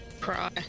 Cry